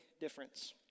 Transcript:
difference